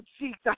Jesus